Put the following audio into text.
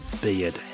Beard